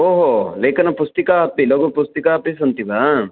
ओ हो लेखनपुस्तिका अपि लघुपुस्तिकाः अपि सन्ति वा